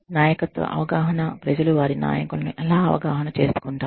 నాయకత్వ అవగాహన ప్రజలు వారి నాయకులను ఎలా అవగాహన చేసుకుంటారు